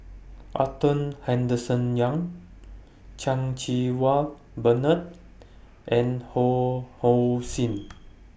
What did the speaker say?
Arthur Henderson Young Chan Cheng Wah Bernard and Ho Hong Sing